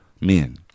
Men